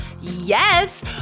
Yes